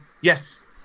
Yes